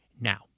Now